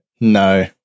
No